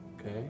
Okay